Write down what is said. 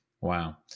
Wow